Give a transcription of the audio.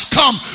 come